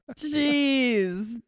Jeez